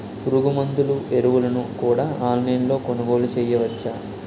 పురుగుమందులు ఎరువులను కూడా ఆన్లైన్ లొ కొనుగోలు చేయవచ్చా?